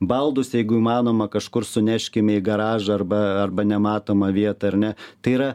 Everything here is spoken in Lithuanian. baldus jeigu įmanoma kažkur suneškim į garažą arba arba nematomą vietą ar ne tai yra